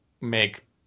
make